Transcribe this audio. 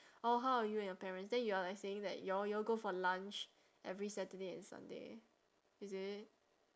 oh how are you and your parents then you are like saying that y'all y'all go for lunch every saturday and sunday is it